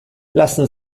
lassen